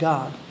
God